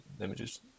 images